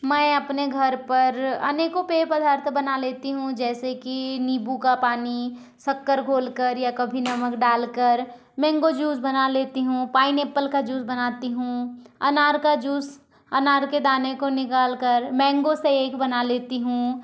मैं अपने घर पर अनेकों पेय पदार्थ बना लेती हूँ जैसे कि नींबू का पानी शक्कर घोलकर या कभी नमक डालकर मैंगो जूस बना लेती हूँ पाइनेप्पल का जूस बनाती हूँ अनार का जूस अनार के दाने को निकाल कर मेंगो शेक बना लेती हूँ